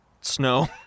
snow